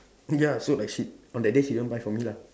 ya so like shit on that day she didn't buy for me lah